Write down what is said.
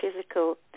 physical